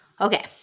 Okay